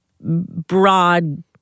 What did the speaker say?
broad